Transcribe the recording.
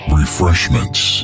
refreshments